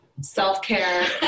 Self-care